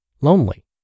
lonely